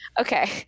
Okay